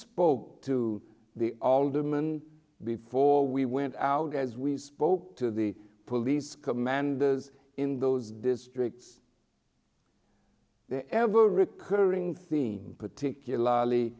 spoke to the alderman before we went out as we spoke to the police commanders in those districts the ever recurring theme particularly